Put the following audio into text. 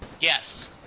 Yes